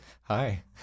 Hi